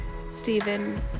Stephen